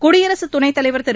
குடியரசுத் துணைத் தலைவர் திரு